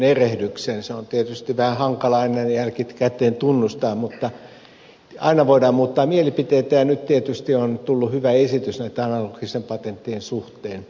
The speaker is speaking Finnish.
sitä on tietysti vähän hankalaa näin jälkikäteen tunnustaa mutta aina voidaan muuttaa mielipiteitä ja nyt tietysti on hyvä esitys näiden analogisten patenttien suhteen